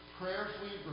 prayerfully